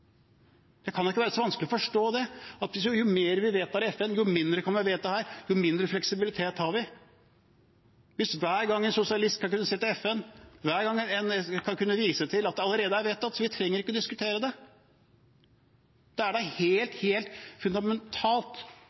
kan ikke være så vanskelig å forstå at jo mer vi vedtar i FN, jo mindre kan vi vedta her, jo mindre fleksibilitet har vi – hvis en sosialist hver gang skal kunne se til FN, skal kunne vise til at det allerede er vedtatt, så vi trenger ikke å diskutere det. Det er helt fundamentalt